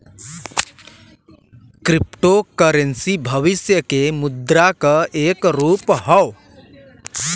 crypto currency भविष्य के मुद्रा क एक रूप हौ